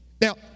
Now